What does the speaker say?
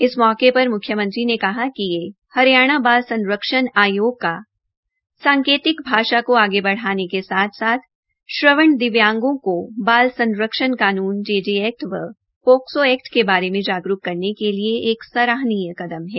इस मौके पर मुख्यमंत्री ने कहा कि हरियाणा बाल संरक्षण आयोग का सांकेतिक भाषा को बढ़ाने के साथ् साथ श्रवण दिव्यागों को बाल संरक्षण कानून जेजे एक्ट व पोक्सो एक्ट के बारे में जागरूक् करने के लिए एक सराहनीय कदम है